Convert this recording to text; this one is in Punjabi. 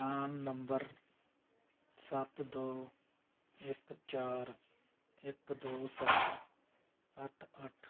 ਪਰਾਨ ਨੰਬਰ ਸੱਤ ਦੋ ਇੱਕ ਚਾਰ ਇੱਕ ਦੋ ਸੱਤ ਅੱਠ ਅੱਠ